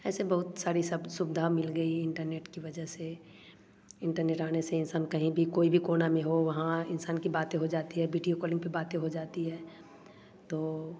ऐसे बहुत सारी सब सुवधा मिल गई इंटरनेट की वजह से इंटरनेट आने से इंसान कहीं भी कोई भी कोना में हो वहाँ इंसान की बाते हो जाती है वीडियो कॉलिंग पर बाते हो जाती है तो